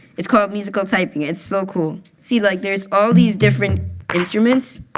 it's called musical typing. it's so cool. see, like there's all these different instruments.